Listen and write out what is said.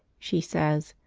she says,